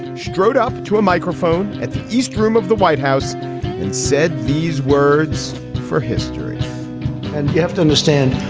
strode up to a microphone at the east room of the white house and said these words for history and you have to understand,